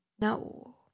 No